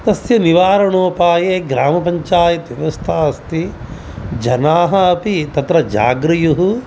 तस्य निवारणोपाये ग्रामपञ्चायत् व्यवस्था अस्ति जनाः अपि तत्र जागृयुः